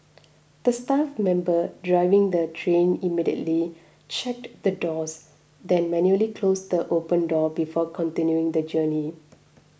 the staff member driving the train immediately checked the doors then manually closed the open door before continuing the journey